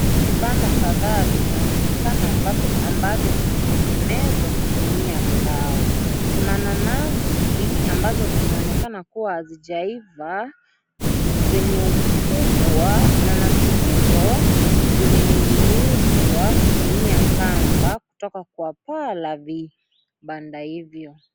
Vibanda kadhaa vinaonekana ambavyo vimetengenezwa kutumia mbao. Kuna nanasi ambazo zinaonekana kuwa hazijaiva, zenye ukubwa, nanasi hizo zimening'inizwa kutumia kamba kutoka kwa paa la vibanda hivyo.